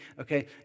Okay